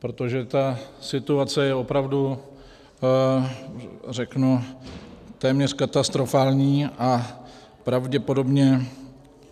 Protože ta situace je opravdu, řeknu, téměř katastrofální a pravděpodobně